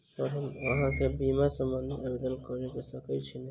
Sir हम अहाँ केँ बीमा संबधी आवेदन कैर सकै छी नै?